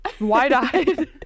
wide-eyed